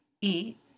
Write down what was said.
eat